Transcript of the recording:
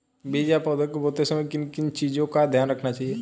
बीज या पौधे को बोते समय किन चीज़ों का ध्यान रखना चाहिए?